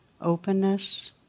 openness